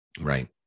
Right